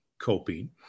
coping